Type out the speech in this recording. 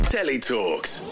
TeleTalks